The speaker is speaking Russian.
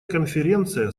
конференция